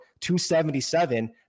277